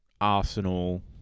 Arsenal